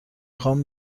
خوام